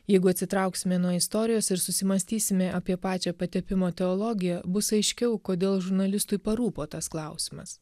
jeigu atsitrauksime nuo istorijos ir susimąstysime apie pačią patepimo teologiją bus aiškiau kodėl žurnalistui parūpo tas klausimas